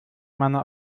meine